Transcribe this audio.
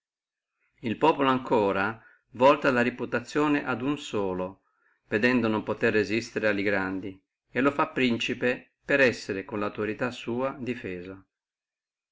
el populo ancora vedendo non potere resistere a grandi volta la reputazione ad uno e lo fa principe per essere con la autorità sua difeso